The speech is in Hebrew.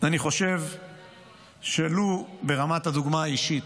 ולו ברמת הדוגמה האישית,